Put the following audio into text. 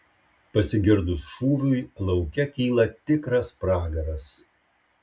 pasigirdus šūviui lauke kyla tikras pragaras